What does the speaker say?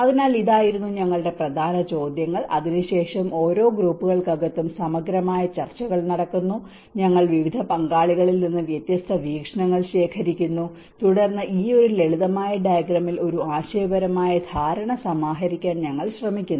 അതിനാൽ ഇതായിരുന്നു ഞങ്ങളുടെ പ്രധാന പ്രധാന ചോദ്യങ്ങൾ അതിനുശേഷം ഓരോ ഗ്രൂപ്പുകൾക്കകത്തും സമഗ്രമായ ചർച്ചകൾ നടക്കുന്നു ഞങ്ങൾ വിവിധ പങ്കാളികളിൽ നിന്ന് വ്യത്യസ്ത വീക്ഷണങ്ങൾ ശേഖരിക്കുന്നു തുടർന്ന് ഈ ഒരു ലളിതമായ ഡയഗ്രാമിൽ ഒരു ആശയപരമായ ധാരണ സമാഹരിക്കാൻ ഞങ്ങൾ ശ്രമിക്കുന്നു